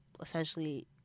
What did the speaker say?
essentially